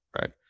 right